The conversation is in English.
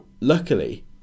luckily